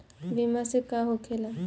बीमा से का होखेला?